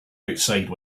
outside